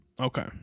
Okay